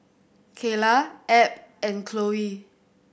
Keyla Abb and Chloe